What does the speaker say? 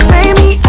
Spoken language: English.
Baby